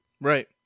Right